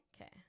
Okay